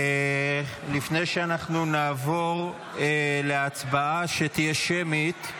לפני שנעבור להצבעה שתהיה שמית,